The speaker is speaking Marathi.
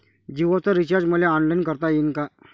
जीओच रिचार्ज मले ऑनलाईन करता येईन का?